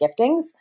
giftings